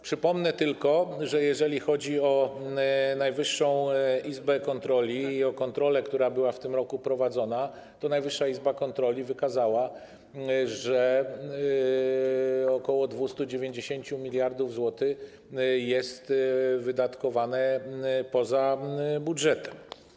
Przypomnę, że jeżeli chodzi o Najwyższą Izbę Kontroli i o kontrolę, która była w tym roku prowadzona, to Najwyższa Izba Kontroli wykazała, że ok. 290 mld zł jest wydatkowane poza budżetem.